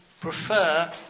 prefer